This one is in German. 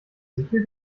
sichel